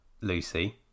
Lucy